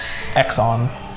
Exxon